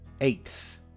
Eighth